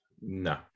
no